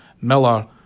Miller